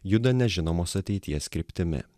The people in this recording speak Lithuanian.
juda nežinomos ateities kryptimi